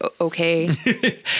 okay